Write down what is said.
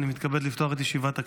את ישיבת הכנסת.